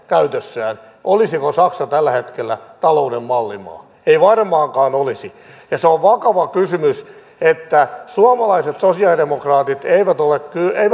käytössään olisiko saksa tällä hetkellä talouden mallimaa ei varmaankaan olisi ja se on vakava kysymys että suomalaiset sosialidemokraatit eivät ole